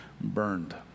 burned